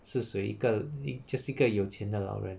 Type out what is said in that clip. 是谁一个一 just 一个有钱的老人